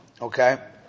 Okay